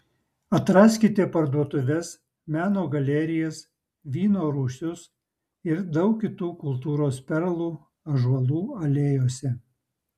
atraskite parduotuves meno galerijas vyno rūsius ir daug kitų kultūros perlų ąžuolų alėjose